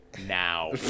now